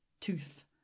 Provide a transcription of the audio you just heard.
Tooth